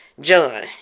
John